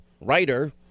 writer